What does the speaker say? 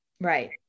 right